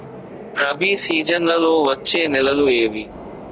రబి సీజన్లలో వచ్చే నెలలు ఏవి?